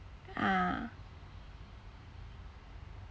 ah